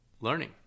Learning